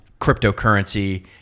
cryptocurrency